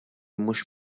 mhux